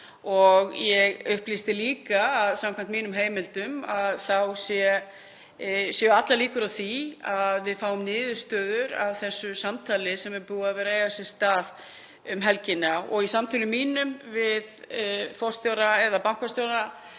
og ég upplýsti líka að samkvæmt mínum heimildum séu allar líkur á því að við fáum niðurstöður af þessu samtali sem er búið að vera að eiga sér stað um helgina og í samtölum mínum við forstjóra eða bankastjóra